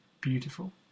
beautiful